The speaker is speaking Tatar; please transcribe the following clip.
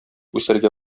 үсәргә